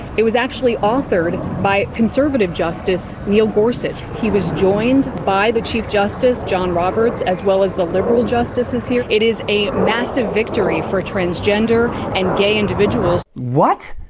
it was actually authored by conservative justice neil gorsuch. he was joined by the chief justice, john roberts, as well as the liberal justices here. it is a massive victory for transgender and gay individuals. what!